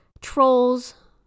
trolls